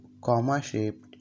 comma-shaped